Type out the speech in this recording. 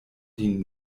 lin